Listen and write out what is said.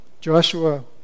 Joshua